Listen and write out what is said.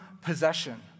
possession